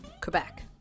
Quebec